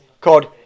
called